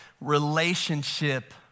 relationship